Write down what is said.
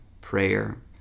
prayer